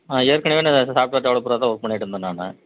நான் ஏற்கனவே நான் சாப்ட்வேர் டெவலப்பராக தான் ஒர்க் பண்ணிட்டுருந்தேன் நான்